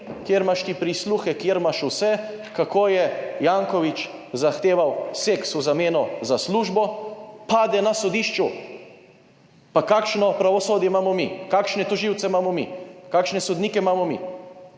kjer imaš ti prisluhe, kjer imaš vse, kako je Janković zahteval seks v zameno za službo, pade na sodišču? Pa kakšno pravosodje imamo mi? Kakšne tožilce imamo mi? Kakšne sodnike imamo mi?